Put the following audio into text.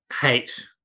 hate